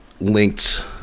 linked